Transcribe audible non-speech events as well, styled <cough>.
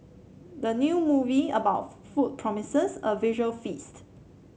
the new movie about <unintelligible> food promises a visual feast